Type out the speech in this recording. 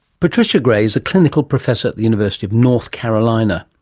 patricia gray is a clinical professor at the university of north carolina.